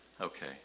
Okay